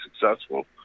successful